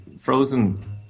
Frozen